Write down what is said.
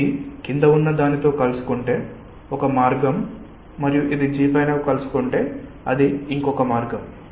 ఇది క్రింద ఉన్న దానితో ఒకటి కలుసుకుంటే ఒక మార్గం మరియు ఇది G పైన కలుసుకుంటే అది ఇంకొక మార్గం